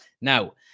Now